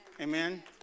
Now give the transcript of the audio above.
Amen